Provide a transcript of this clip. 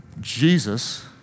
Jesus